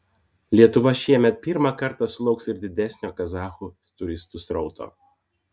lietuva šiemet pirmą kartą sulauks ir didesnio kazachų turistų srauto